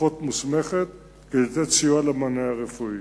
אחות מוסמכת כדי לתת סיוע למענה הרפואי.